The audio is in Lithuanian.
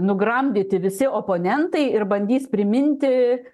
nugramdyti visi oponentai ir bandys priminti